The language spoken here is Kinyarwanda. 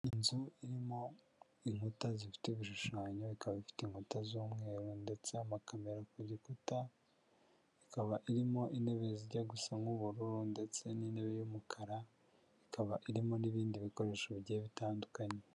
Inzu irimo inkuta zifite ibishushanyo ikaba ifite inkuta z'umweru ndetse amakamera ku gikuta, ikaba irimo intebe zijya gusa nk'ubururu ndetse n'intebe y'umukara. Ikaba irimo n'ibindi bikoresho bigiye bitandukanye.